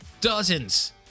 dozens